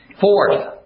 Fourth